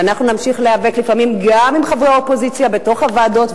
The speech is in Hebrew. ונמשיך להיאבק לפעמים גם עם חברי האופוזיציה בתוך הוועדות,